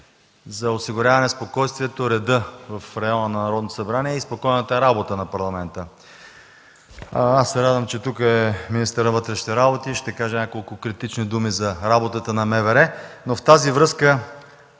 за осигуряване спокойствието и реда в района на Народното събрание и спокойната работа на Парламента. Радвам се, че тук е министърът на вътрешните работи. Ще кажа няколко критични думи за работата на МВР. В тази връзка